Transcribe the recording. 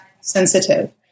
sensitive